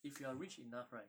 if you are rich enough right